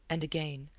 and again,